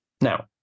Now